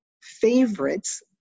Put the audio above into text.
favorites